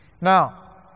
Now